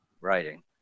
writing